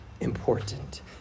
important